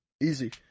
Easy